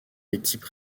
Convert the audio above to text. équipe